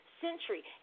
Century